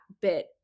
bit